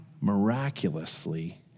miraculously